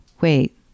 wait